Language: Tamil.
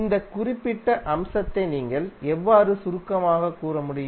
இந்த குறிப்பிட்ட அம்சத்தை நீங்கள் எவ்வாறு சுருக்கமாகக் கூற முடியும்